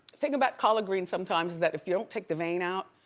thing about collard greens sometimes is that if you don't take the vein out,